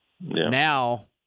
Now